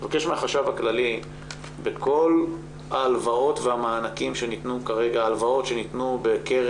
לבקש מהחשב הכללי בכל ההלוואות והמענקים שניתנו בקרן